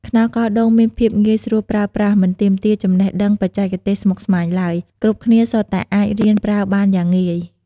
ខ្នោសកោងដូងមានភាពងាយស្រួលប្រើប្រាស់មិនទាមទារចំណេះដឹងបច្ចេកទេសស្មុគស្មាញឡើយ គ្រប់គ្នាសុទ្ធតែអាចរៀនប្រើបានយ៉ាងងាយ។